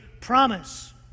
promise